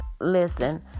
listen